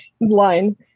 line